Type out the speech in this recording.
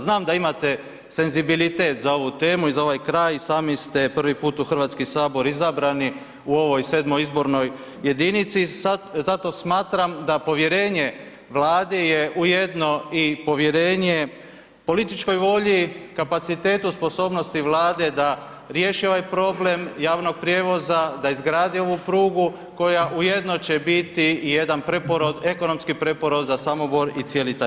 Znam da imate senzibilitet za ovu temu i za ovaj kraj i sami ste prvi put u Hrvatski sabor izabrani u ovoj 7. izbornoj jedinici zato smatram da povjerenje Vladi je ujedno i povjerenje političkoj volji, kapacitetu sposobnosti Vlade da riješi ovaj problem javnog prijevoza da izgradi ovu prugu koja ujedno će biti i jedan preporod, ekonomski preporod za Samobor i cijeli taj kraj.